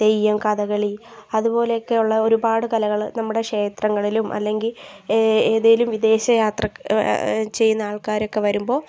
തെയ്യം കഥകളി അതുപോലെയൊക്കെ ഉള്ള ഒരുപാട് കലകൾ നമ്മുടെ ക്ഷേത്രങ്ങളിലും അല്ലെങ്കിൽ ഏ ഏതെങ്കിലും വിദേശ യാത്രക ചെയ്യുന്ന ആൾക്കാരൊക്കെ വരുമ്പോൾ